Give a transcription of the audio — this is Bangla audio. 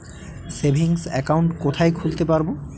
সেভিংস অ্যাকাউন্ট কোথায় খুলতে পারব?